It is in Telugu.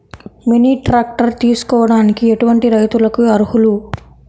మినీ ట్రాక్టర్ తీసుకోవడానికి ఎటువంటి రైతులకి అర్హులు?